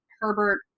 Herbert